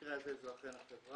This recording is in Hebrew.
במקרה הזה זו אכן החברה.